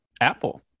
Apple